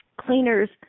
cleaner's